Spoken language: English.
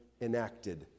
enacted